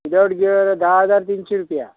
without gear धा हजार तिनशीं रुपया